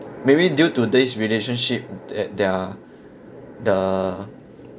maybe due to this relationship that their the